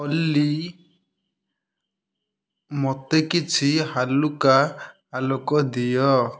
ଅଲି ମୋତେ କିଛି ହାଲୁକା ଆଲୋକ ଦିଅ